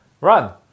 Run